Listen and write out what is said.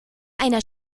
einer